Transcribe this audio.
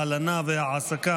הלנה והעסקה